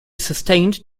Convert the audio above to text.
sustained